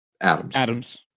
Adams